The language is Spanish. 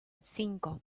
cinco